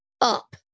up